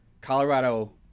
Colorado –